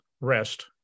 rest